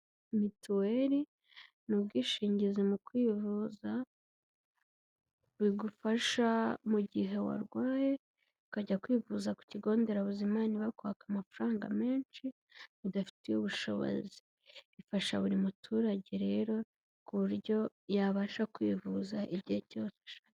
Mituweli ni ubwishingizi mu kwivuza bigufasha mu gihe warwaye, ukajya kwivuza ku kigo nderabuzima ntibakwake amafaranga menshi, udafitiye ubushobozi. Ifasha buri muturage rero ku buryo yabasha kwivuza igihe cyose.